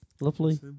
Lovely